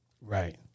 Right